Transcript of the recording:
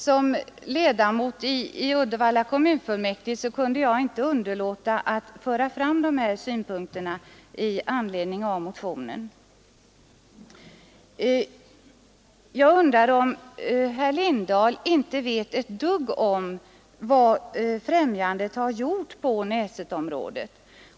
Som ledamot av Uddevalla kommunfullmäktige har jag inte kunnat underlåta att föra fram de här synpunkterna med anledning av motionen. Jag undrar om herr Lindahl i Hamburgsund inte vet ett dugg om vad Skidoch friluftsfrämjandet har gjort på Näsetområdet.